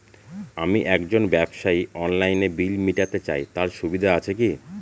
আমি একজন ব্যবসায়ী অনলাইনে বিল মিটাতে চাই তার সুবিধা আছে কি?